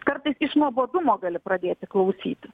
kartais iš nuobodumo gali pradėti klausyti